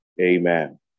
Amen